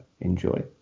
enjoy